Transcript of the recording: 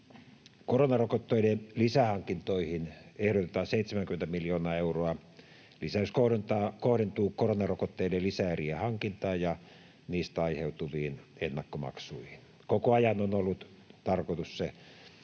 Koronarokotteiden lisähankintoihin ehdotetaan 70 miljoonaa euroa. Lisäys kohdentuu koronarokotteiden lisäerien hankintaan ja niistä aiheutuviin ennakkomaksuihin. Koko ajan on ollut tarkoitus se,